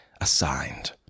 assigned